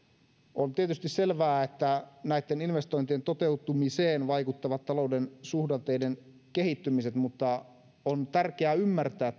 on tietysti selvää että näitten investointien toteutumiseen vaikuttavat talouden suhdanteiden kehittymiset mutta on tärkeää ymmärtää